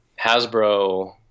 Hasbro